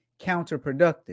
counterproductive